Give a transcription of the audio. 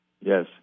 Yes